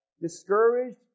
discouraged